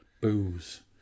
booze